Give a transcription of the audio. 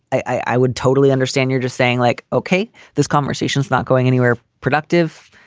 i would totally understand. you're just saying like, ok, this conversation is not going anywhere productive.